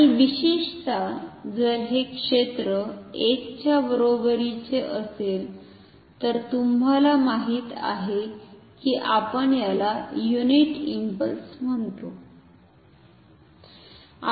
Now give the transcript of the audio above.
आणि विशेषतः जर हे क्षेत्र 1 च्या बरोबरीचे असेल तर तुम्हाला माहित आहे कि आपण त्याला युनिट इंपल्स म्हणतो